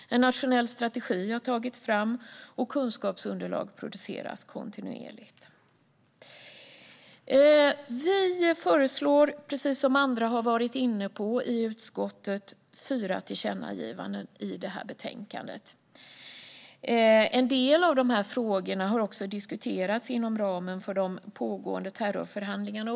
En nationell strategi har tagits fram och kunskapsunderlag produceras kontinuerligt. Utskottet föreslår, precis som andra har varit inne på, fyra tillkännagivanden i betänkandet. En del av frågorna har också diskuterats inom ramen för de pågående terrorsamtalen.